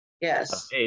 yes